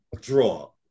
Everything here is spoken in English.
draw